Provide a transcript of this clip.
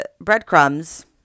breadcrumbs